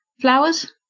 flowers